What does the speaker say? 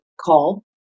call